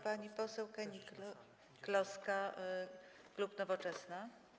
Pani poseł Hennig-Kloska, klub Nowoczesna.